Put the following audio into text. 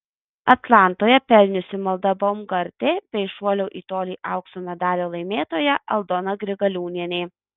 atlantoje pelniusi malda baumgartė bei šuolio į tolį aukso medalio laimėtoja aldona grigaliūnienė